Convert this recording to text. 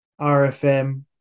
RFM